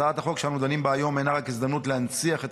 הצעת החוק שאנו דנים בה היום אינה רק הזדמנות להנציח את